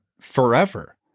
forever